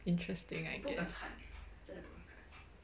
interesting I guess